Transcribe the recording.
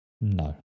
No